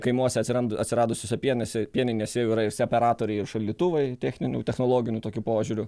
kaimuose atsirand atsiradusiose pienėse pieninėse jau yra ir separatoriai ir šaldytuvai techninių technologiniu tokiu požiūriu